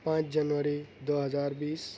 پانچ جنوری دو ہزار بیس